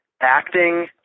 acting